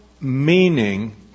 meaning